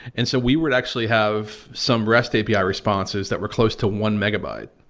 and so, we would actually have some rest apr yeah responses that were close to one megabyte.